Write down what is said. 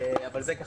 אבל זה לא